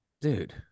dude